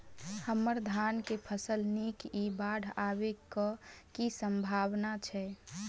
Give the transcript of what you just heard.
हम्मर धान केँ फसल नीक इ बाढ़ आबै कऽ की सम्भावना छै?